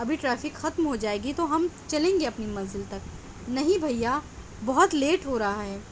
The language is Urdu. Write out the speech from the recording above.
ابھی ٹریفک ختم ہو جائے گی تو ہم چلیں گے اپنی منزل تک نہیں بھیا بہت لیٹ ہو رہا ہے